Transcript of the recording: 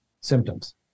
symptoms